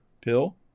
pill